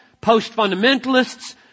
post-fundamentalists